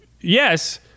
yes